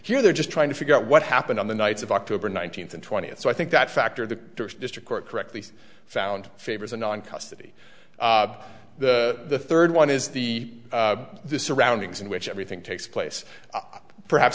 here they're just trying to figure out what happened on the night of october nineteenth and twentieth so i think that factor the district court correctly found favors and on custody the third one is the surroundings in which everything takes place perhaps